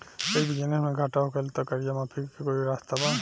यदि बिजनेस मे घाटा हो गएल त कर्जा माफी के कोई रास्ता बा?